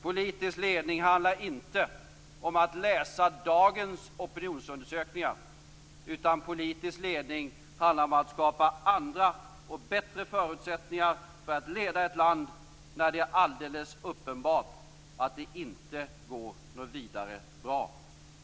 Politisk ledning handlar inte om att läsa dagens opinionsundersökningar utan om att skapa andra och bättre förutsättningar för att leda ett land när det är alldeles uppenbart att det inte går så vidare bra.